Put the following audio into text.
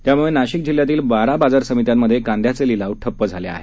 त्यामुळे नाशिक जिल्ह्यातल्या बारा बाजार समित्यांमध्ये कांद्याचे लिलाव ठप्प झाले आहेत